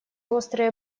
острые